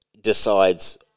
decides